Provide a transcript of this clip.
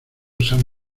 san